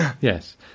yes